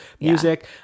music